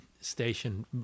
station